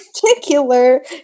particular